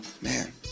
man